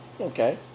Okay